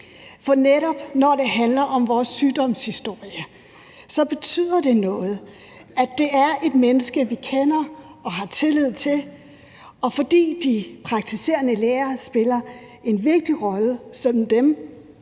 for netop når det handler om vores sygdomshistorie, betyder det noget, at det er et menneske, som vi kender og har tillid til. Og de praktiserende læger spiller også en vigtig rolle som dem,